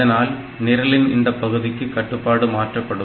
இதனால் நிரலின் இந்த பகுதிக்கு கட்டுப்பாடு மாற்றப்படும்